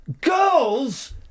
girls